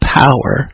power